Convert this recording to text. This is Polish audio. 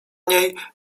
niej